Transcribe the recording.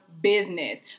business